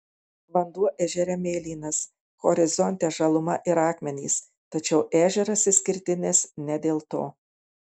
vanduo ežere mėlynas horizonte žaluma ir akmenys tačiau ežeras išskirtinis ne dėl to